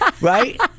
right